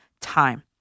time